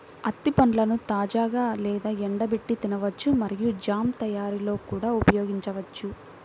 అత్తి పండ్లను తాజాగా లేదా ఎండబెట్టి తినవచ్చు మరియు జామ్ తయారీలో కూడా ఉపయోగించవచ్చు